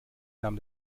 nahm